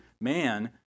man